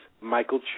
Michael